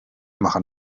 machen